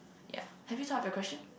ya have you thought of your question